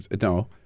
No